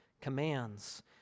commands